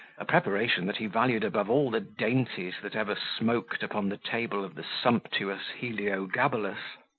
a preparation that he valued above all the dainties that ever smoked upon the table of the sumptuous heliogabalus.